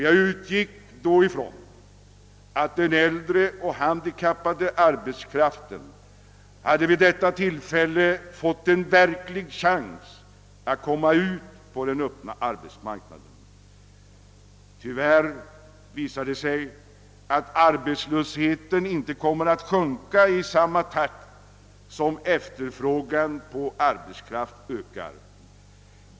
Jag utgick då ifrån att den äldre och handikappade arbetskraften vid detta tillfälle fått en verklig chans att komma ut på den öppna arbetsmarknaden. Tyvärr visade det sig att arbetslösheten inte kommer att sjunka i samma takt som efterfrågan på arbetskraft ökar.